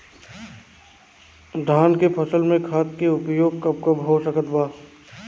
धान के फसल में खाद के उपयोग कब कब हो सकत बा?